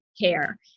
care